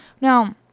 Now